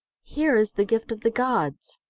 here is the gift of the gods!